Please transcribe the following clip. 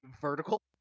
vertical